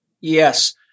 Yes